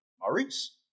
Maurice